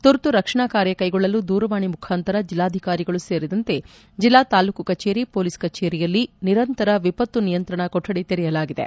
ತುರ್ತು ರಕ್ಷಣಾ ಕಾರ್ಯ ಕೈಗೊಳ್ಳಲು ದೂರವಾಣಿ ಮುಖಾಂತರ ಜಿಲ್ಲಾಧಿಕಾರಿಗಳು ಸೇರಿದಂತೆ ಜಿಲ್ಲಾ ತಾಲ್ಲೂಕು ಕಚೇರಿ ಪೊಲೀಸ್ ಕಚೇರಿಯಲ್ಲಿ ನಿರಂತರ ವಿಪತ್ತು ನಿಯಂತ್ರಣಾ ಕೊಠಡಿ ತೆರಯಾಲಾಗಿದೆ